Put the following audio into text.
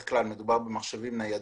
כלל מדובר במחשבים ניידים,